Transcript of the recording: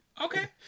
Okay